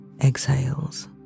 exhales